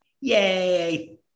Yay